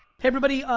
hey everybody,